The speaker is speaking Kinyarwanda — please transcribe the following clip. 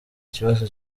kibazo